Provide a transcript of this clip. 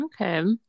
Okay